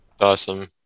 Awesome